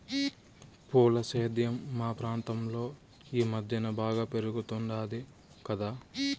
పూల సేద్యం మా ప్రాంతంలో ఈ మద్దెన బాగా పెరిగుండాది కదా